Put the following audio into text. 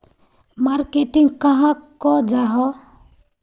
Marketing कहाक को जाहा?